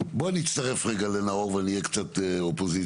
בוא אני אצטרף רגע לנאור ואני אהיה קצת אופוזיציה,